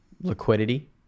liquidity